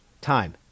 time